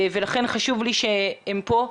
ולכן חשוב לי שהם פה.